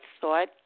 thought